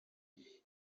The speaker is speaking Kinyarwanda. uri